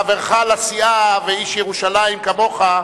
חברך לסיעה ואיש ירושלים כמוך,